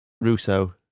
Russo